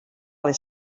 les